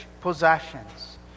possessions